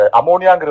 ammonia